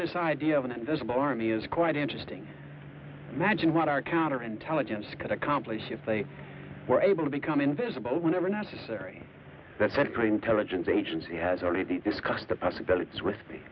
this idea of an invisible army is quite interesting magine what our counter intelligence could accomplish if they were able to become invisible whenever necessary that's an intelligence agency has already discussed the possibilities with